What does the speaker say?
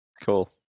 Cool